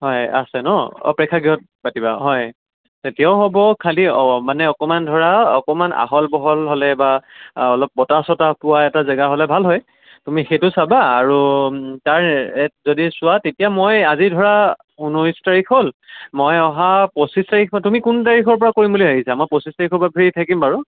হয় আছে নহ্ অঁ প্ৰেক্ষাগৃহত পাতিবা হয় তেতিয়াও হ'ব খালি অঁ মানে অকণমান ধৰা অকণমান আহল বহল হ'লে বা অলপ বতাহ চতাহ পোৱা এটা জেগা হ'লে ভাল হয় তুমি সেইটো চাবা আৰু তাৰ ৰেট যদি চোৱা তেতিয়া মই আজি ধৰা ঊনৈছ তাৰিখ হ'ল মই অহা পঁচিছ তাৰিখ তুমি কোন তাৰিখৰ পৰা কৰিম বুলি আহিছা মই পঁচিছ তাৰিখৰ পৰা ফ্ৰী থাকিম বাৰু